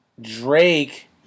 Drake